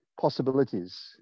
possibilities